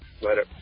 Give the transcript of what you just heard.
Later